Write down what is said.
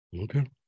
Okay